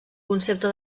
concepte